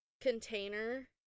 container